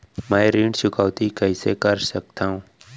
मैं ऋण चुकौती कइसे कर सकथव?